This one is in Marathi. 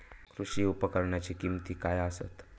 कृषी उपकरणाची किमती काय आसत?